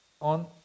On